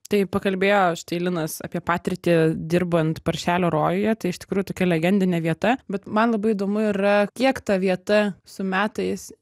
tai pakalbėjo štai linas apie patirtį dirbant paršelio rojuje tai iš tikrųjų tokia legendinė vieta bet man labai įdomu yra kiek ta vieta su metais